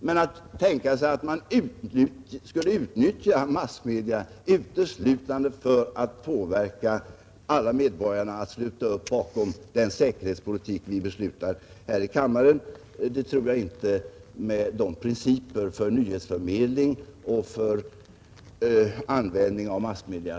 Men att utnyttja massmedia enbart för att påverka alla medborgare att sluta upp bakom den säkerhetspolitik som vi beslutar om här i riksdagen tror jag inte vi kan tänka oss med de principer vi har för nyhetsförmedling och för användning av massmedia.